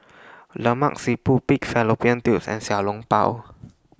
Lemak Siput Pig Fallopian Tubes and Xiao Long Bao